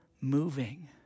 moving